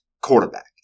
quarterback